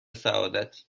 سعادتت